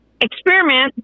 experiment